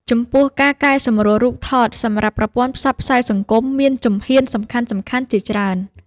ចំពោះ ការកែសម្រួលរូបថតសម្រាប់ប្រព័ន្ធផ្សព្វផ្សាយសង្គមមានជំហ៊ានសំខាន់ៗជាច្រើន។